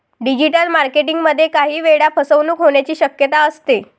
digital marketing मध्ये काही वेळा फसवणूक होण्याची शक्यता असते